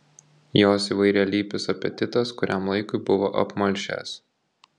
jos įvairialypis apetitas kuriam laikui buvo apmalšęs